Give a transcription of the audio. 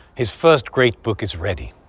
his first great book is ready.